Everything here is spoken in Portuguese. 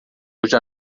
hoje